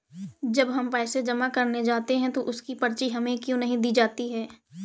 जब हम पैसे जमा करने जाते हैं तो उसकी पर्ची हमें क्यो नहीं दी जाती है?